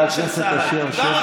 חבר הכנסת אשר, שב